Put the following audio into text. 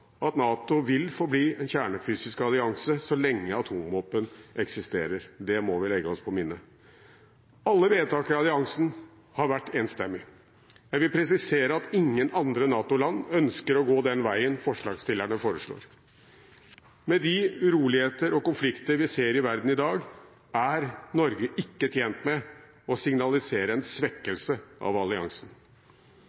at NATO vil forbli en kjernefysisk allianse så lenge atomvåpen eksisterer. Det må vi legge oss på minnet. Alle vedtak i alliansen har vært enstemmige. Jeg vil presisere at ingen andre NATO-land ønsker å gå den veien forslagsstillerne foreslår. Med de uroligheter og konflikter vi ser i verden i dag, er Norge ikke tjent med å signalisere en svekkelse av alliansen.